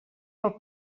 pel